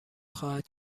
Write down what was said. خواهد